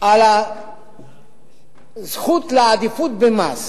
על הזכות לעדיפות במס